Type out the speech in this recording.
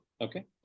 Okay